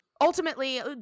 Ultimately